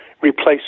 replace